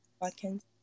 Watkins